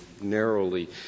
narrowly